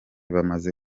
bamaze